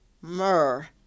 myrrh